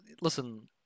Listen